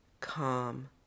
calm